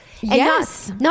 Yes